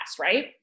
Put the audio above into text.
right